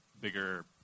bigger